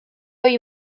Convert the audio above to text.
ohi